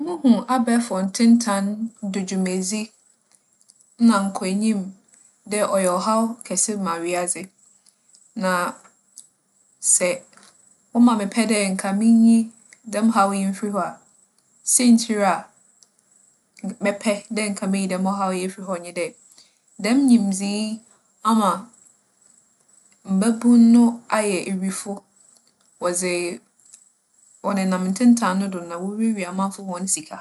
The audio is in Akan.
Muhu abaefor ntentan do dwumadzi na nkͻenyim dɛ ͻyɛ ͻhaw kɛse ma wiadze. Na sɛ wͻma me pɛ dɛ nka minyi dɛm haw yi mfi hͻ a, siantsir a nk - mɛpɛ dɛ meyi dɛm ͻhaw yi efi hͻ nye dɛ, dɛm nyimdzee yi ama mbabun no ayɛ ewifo. Wͻdze - wͻnenam ntentan no do na wowiawia amamfo hͻn sika.